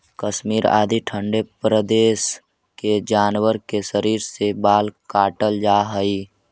कश्मीर आदि ठण्ढे प्रदेश के जानवर के शरीर से बाल काटल जाऽ हइ